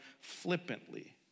flippantly